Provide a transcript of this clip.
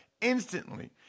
instantly